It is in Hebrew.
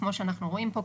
כמו שאנחנו רואים פה,